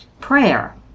prayer